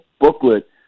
booklet